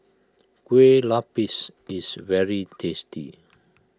Kueh Lapis is very tasty